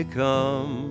come